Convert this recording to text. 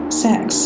sex